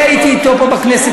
אני הייתי אתו פה בכנסת,